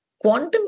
Quantum